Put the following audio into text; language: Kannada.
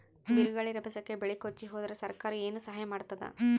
ಬಿರುಗಾಳಿ ರಭಸಕ್ಕೆ ಬೆಳೆ ಕೊಚ್ಚಿಹೋದರ ಸರಕಾರ ಏನು ಸಹಾಯ ಮಾಡತ್ತದ?